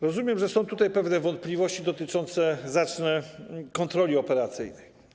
Rozumiem, że są tutaj pewne wątpliwości dotyczące kontroli operacyjnej.